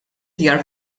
djar